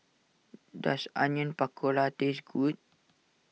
does Onion Pakora taste good